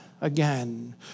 again